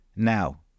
Now